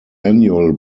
annual